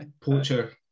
poacher